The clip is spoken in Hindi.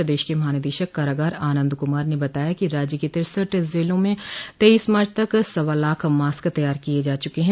प्रदेश के महानिदेशक कारागार आनन्द कुमार ने बताया कि राज्य की तिरेसठ जेलों में तेईस मार्च तक सवा लाख मॉस्क तैयार किये जा चुके हैं